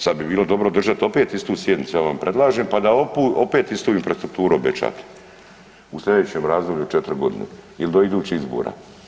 Sad bi bilo dobro držat opet istu sjednicu ja vam predlažem pa da opet istu infrastrukturu obećate u sljedećem razdoblju od četiri godine ili do idućih izbora.